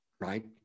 right